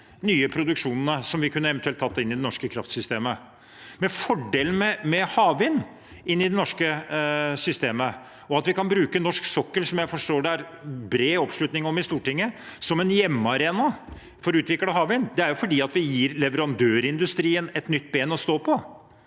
nye produksjonene vi eventuelt kunne tatt inn i det norske kraftsystemet. Fordelen med havvind inn i det norske systemet, og at vi kan bruke norsk sokkel – som jeg forstår det er bred oppslutning om i Stortinget – som en hjemmearena for å utvikle havvind, er at vi gir leverandørindustrien et nytt ben å stå på.